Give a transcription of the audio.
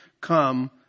come